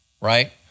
right